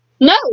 No